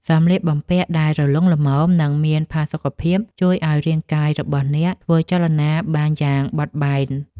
សម្លៀកបំពាក់ដែលរលុងល្មម និងមានផាសុកភាព ជួយឱ្យរាងកាយរបស់អ្នកធ្វើចលនាបានយ៉ាងបត់បែន។